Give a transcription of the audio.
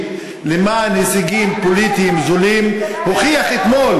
למען הישגים פוליטיים זולים הוכיח אתמול,